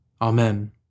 Amen